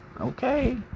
Okay